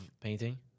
painting